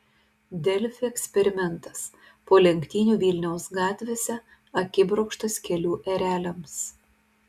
delfi eksperimentas po lenktynių vilniaus gatvėse akibrokštas kelių ereliams